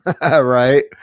right